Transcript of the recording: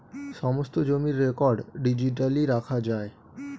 সমস্ত জমির record digitally রাখা যায়